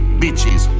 bitches